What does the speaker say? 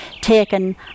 taken